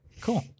cool